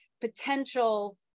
potential